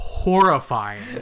horrifying